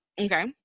Okay